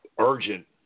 urgent